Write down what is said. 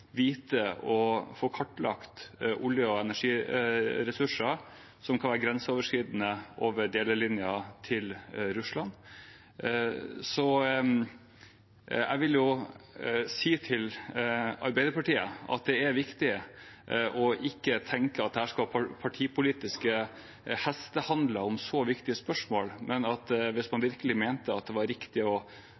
vite om og kartlagt olje- og energiressurser som kan være grenseoverskridende over delelinjen til Russland. Jeg vil si til Arbeiderpartiet at det er viktig ikke å tenke at man her skal ha partipolitiske hestehandler om så viktige spørsmål, men at hvis man virkelig mente at det var riktig å